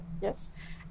Yes